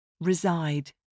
Reside